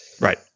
right